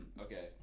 Okay